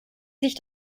sich